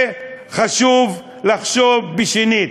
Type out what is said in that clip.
וחשוב לחשוב שנית.